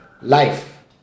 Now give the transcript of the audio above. life